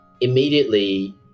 immediately